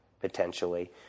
Potentially